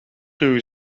ruw